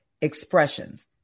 expressions